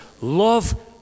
love